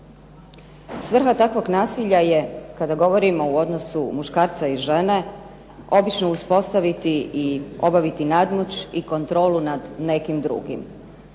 Svrha takvog nasilja je kada govorimo u odnosu muškarca i žene obično uspostaviti i obaviti nadmoć i kontrolu nad nekim drugim.